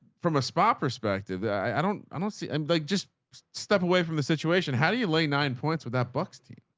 from a spot perspective, i don't, i don't see um like, just step away from the situation. how do you lay nine points without buck's team?